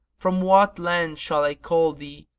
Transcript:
from what land shall i call thee?